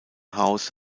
house